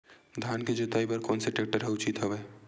धान के जोताई बर कोन से टेक्टर ह उचित हवय?